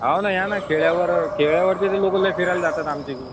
हो ना या नं खेड्यावर खेड्यावरचे लोकं तर लई फिरायला जातात आमच्या इकडे